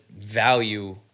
Value